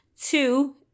Two